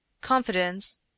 Confidence